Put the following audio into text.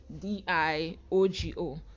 d-i-o-g-o